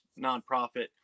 nonprofit